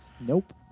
Nope